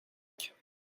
jacques